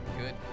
good